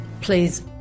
Please